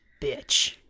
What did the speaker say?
bitch